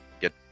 get